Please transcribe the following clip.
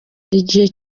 igihe